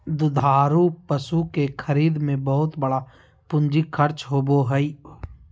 दुधारू पशु के खरीद में बहुत बड़ा पूंजी खर्च होबय हइ